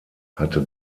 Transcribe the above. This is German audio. hatte